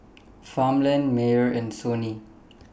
Farmland Mayer and Sony